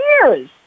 years